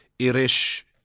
Irish